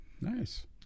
nice